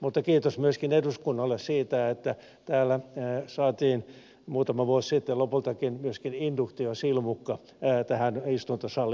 mutta kiitos myöskin eduskunnalle siitä että saatiin muutama vuosi sitten lopultakin myöskin induktiosilmukka tähän istuntosaliin käyttöön